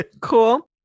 cool